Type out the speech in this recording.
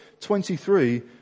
23